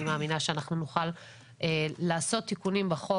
אני מאמינה שאנחנו נוכל לעשות תיקונים בחוק